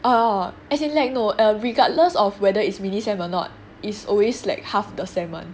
orh as in like no err regardless of whether it's mini semester or not is always like half the semester [one]